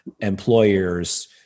employers